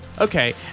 Okay